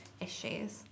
issues